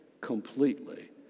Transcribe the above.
completely